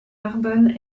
narbonne